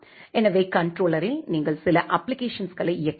எனவே கண்ட்ரோலரில் நீங்கள் சில அப்ப்ளிகேஷன்ஸ்களை இயக்க வேண்டும்